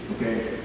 Okay